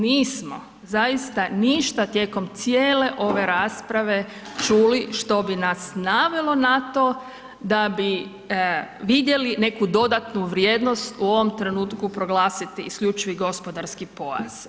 Nismo, nismo zaista ništa tijekom cijele ove rasprave čuli što bi nas navelo na to da bi vidjeli neku dodatnu vrijednost u ovom trenutku proglasiti isključivi gospodarski pojas.